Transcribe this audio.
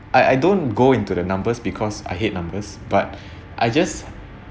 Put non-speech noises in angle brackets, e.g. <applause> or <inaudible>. I I don't go into the numbers because I hate numbers but <breath> I just